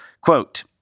Quote